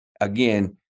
Again